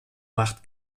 macht